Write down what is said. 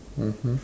(uh huh)